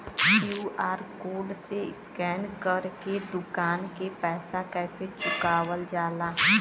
QR code से scan कर के दुकान के पैसा कैसे चुकावल जाला?